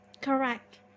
Correct